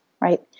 right